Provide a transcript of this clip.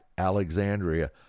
alexandria